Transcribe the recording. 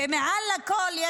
ומעל הכול,